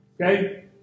Okay